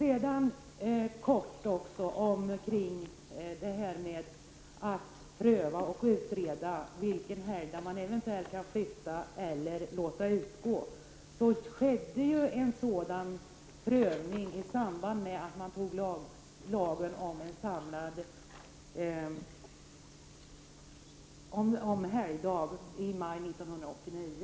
En prövning av vilken helgdag man eventuellt kan flytta eller låta utgå skedde i samband med att lagen om helgdagar antogs i maj 1989.